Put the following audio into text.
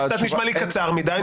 קצת נשמע לי קצר מדי,